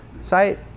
site